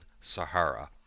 Sahara